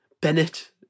Bennett